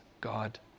God